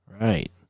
Right